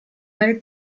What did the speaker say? nel